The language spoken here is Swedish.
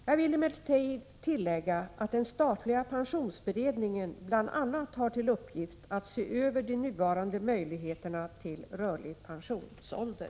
Jag vill emellertid tillägga att den statliga pensionsberedningen bl.a. har till uppgift att se över de nuvarande möjligheterna till rörlig pensionsålder.